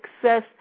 success